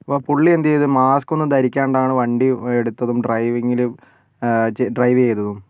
അപ്പോൾ പുള്ളി എന്ത് ചെയ്തു മാസ്ക് ഒന്നും ധരിക്കാണ്ട് ആണ് വണ്ടി എടുത്തതും ഡ്രൈവിങിൽ ഡ്രൈവ് ചെയ്തതും